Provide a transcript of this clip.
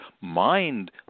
mind